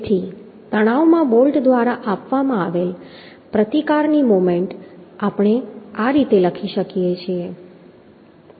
તેથી તણાવમાં બોલ્ટ દ્વારા આપવામાં આવેલ પ્રતિકારની મોમેન્ટ આપણે આ રીતે લખી શકીએ છીએ